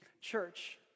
church